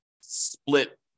split